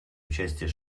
участии